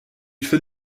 fait